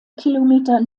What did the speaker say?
kilometer